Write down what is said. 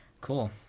Cool